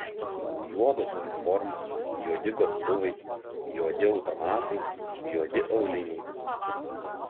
juodos uniformos juodi gobtuvai juodi automatai juodi auliniai